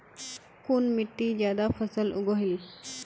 कुन मिट्टी ज्यादा फसल उगहिल?